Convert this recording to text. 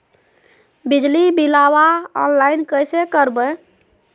बिजली बिलाबा ऑनलाइन कैसे करबै?